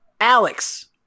Alex